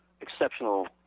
exceptional